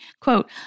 quote